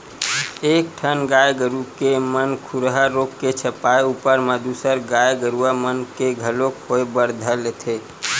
एक ठन गाय गरु के म खुरहा रोग के छपाय ऊपर म दूसर गाय गरुवा मन के म घलोक होय बर धर लेथे